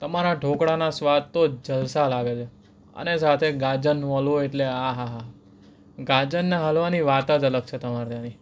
તમારા ઢોકળાના સ્વાદ તો જલસા આવે છે અને સાથે ગાજરનો હલવો એટલે આહા ગાજરના હલવાની વાત જ અલગ છે તમારે ત્યાંની